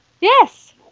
Yes